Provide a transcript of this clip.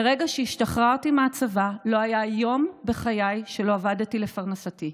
ומרגע שהשתחררתי מהצבא לא היה יום בחיי שלא עבדתי לפרנסתי,